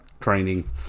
...training